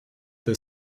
the